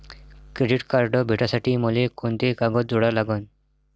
Credit card भेटासाठी मले कोंते कागद जोडा लागन?